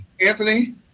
Anthony